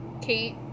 Kate